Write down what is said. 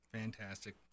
Fantastic